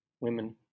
women